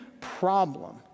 problem